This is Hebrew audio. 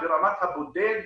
ברמת הבודד,